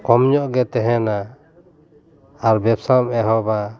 ᱠᱚᱢ ᱧᱚᱜ ᱜᱮ ᱛᱟᱦᱮᱱᱟ ᱟᱨ ᱵᱮᱵᱽᱥᱟᱢ ᱮᱦᱚᱵᱟ